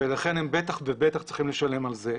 ולכן הם בטח ובטח צריכים לשלם על זה,